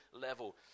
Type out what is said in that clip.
level